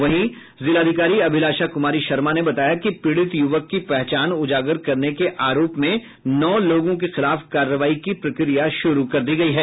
वहीं जिलाधिकारी अभिलाषा कुमारी शर्मा ने बताया कि पीड़ित युवक की पहचान उजागर करने के आरोप में नौ लोगों के खिलाफ कार्रवाई की प्रक्रिया शुरू कर दी गई है